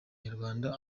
nyarwanda